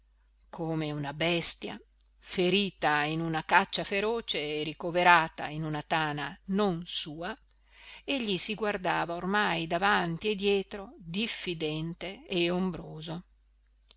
come una bestia ferita in una caccia feroce e ricoverata in una tana non sua egli si guardava ormai davanti e dietro diffidente e ombroso